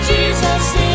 Jesus